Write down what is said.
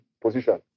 position